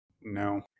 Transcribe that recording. No